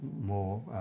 more